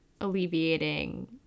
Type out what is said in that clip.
alleviating